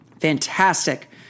fantastic